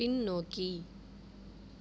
பின்னோக்கி